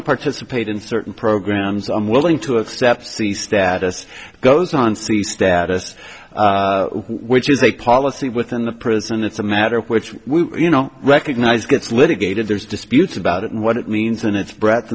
to participate in certain programs i'm willing to accept the status goes on c status which is a policy within the prison it's a matter of which you know recognize gets litigated there's disputes about what it means and its breadth